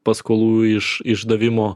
paskolų iš išdavimo